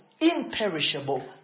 imperishable